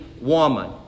woman